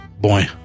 Boy